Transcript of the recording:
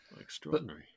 Extraordinary